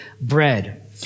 bread